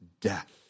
death